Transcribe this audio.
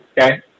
Okay